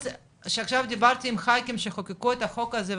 אז שעכשיו דיברתי עם ח"כים שחוקקו את החוק הזה,